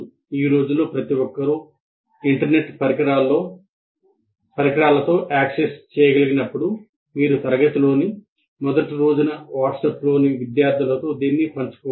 ఈ రోజుల్లో ప్రతి ఒక్కరూ ఇంటర్నెట్ పరికరాల్లో ప్రాప్యత చేయగలిగేటప్పుడు మీరు తరగతిలోని మొదటి రోజున వాట్సాప్లోని విద్యార్థులతో దీన్ని పంచుకోవచ్చు